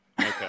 Okay